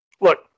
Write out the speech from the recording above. Look